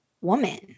woman